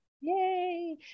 Yay